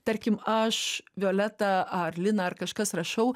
tarkim aš violeta ar lina ar kažkas rašau